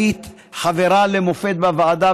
היית חברה למופת בוועדה,